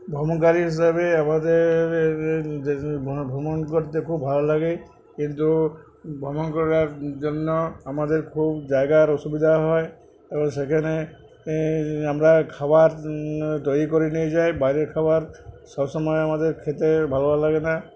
ভ্রমণকারী হিসাবে আমাদের ভ্রমণ করতে খুব ভালো লাগে কিন্তু ভ্রমণ করার জন্য আমাদের খুব জায়গার অসুবিধা হয় এবং সেখানে এ আমরা খাবার তৈরি করে নিয়ে যাই বাইরের খাবার সবসময় আমাদের খেতে ভালো লাগে না